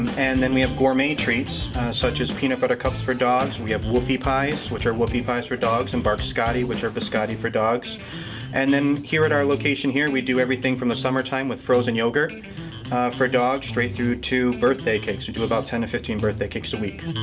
and then we have gourmet treats such as peanut butter cups for dogs. we have woofy pies which are whoopy pies for dogs and some bark scotty, which are biscotti for dogs and then here at our location here and we do everything from the summer time with frozen yogurt for dogs straight through to birthday cakes. we do about ten to fifteen birthday cakes a week.